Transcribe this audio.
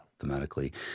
thematically